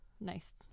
nice